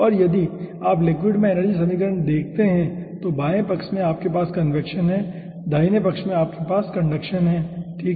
और यदि आप लिक्विड में एनर्जी समीकरण लिखते हैं तो बाएं पक्ष में आपके पास कन्वेक्शन हैं और दाहिने पक्ष में आपके पास कंडक्शन है ठीक है